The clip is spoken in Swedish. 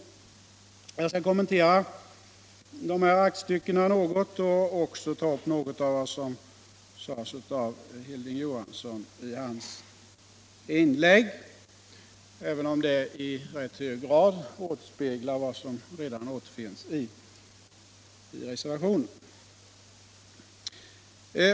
Förtroendeman Jag skall något kommentera dessa aktstycken och även ta upp en del = nastyrelsen i av vad som sades av Hilding Johansson i hans inlägg, även om det = länsstyrelsen i rätt hög grad återspeglade innehållet i reservationen.